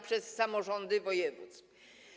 przez samorządy województw.